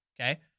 Okay